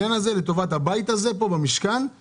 לגבי דברים אחרים זה לא רלוונטי.